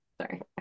sorry